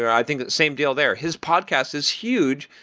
i think the same deal there. his podcast is huge,